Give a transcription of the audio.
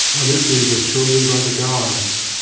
ah olympians are chosen by the gods.